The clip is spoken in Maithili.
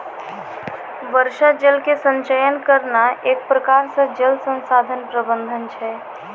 वर्षा जल के संचयन करना एक प्रकार से जल संसाधन प्रबंधन छै